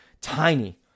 tiny